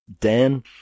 Dan